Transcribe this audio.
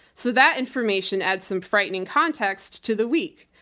so that information adds some frightening context to the week.